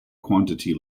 quantity